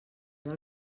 del